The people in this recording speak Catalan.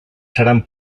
seran